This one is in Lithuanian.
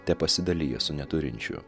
tepasidalija su neturinčiu